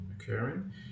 occurring